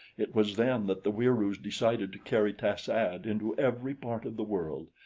it was then that the wieroos decided to carry tas-ad into every part of the world.